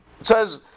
says